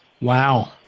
Wow